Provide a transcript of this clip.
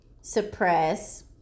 suppress